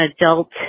adult